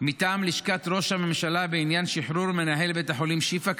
מטעם לשכת ראש הממשלה בעניין שחרור מנהל בית החולים שיפא,